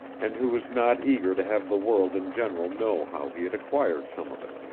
and who was not eager to have the world in general know how he had acquired some of it.